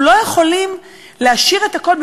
אבל אנחנו לא יכולים להשאיר את הכול,